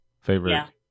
favorite